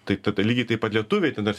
tai ta ta lygiai taip pat lietuviai ten tas